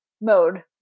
mode